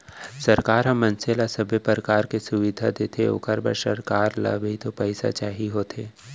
सरकार ह मनसे ल सबे परकार के सुबिधा देथे ओखर बर सरकार ल भी तो पइसा चाही होथे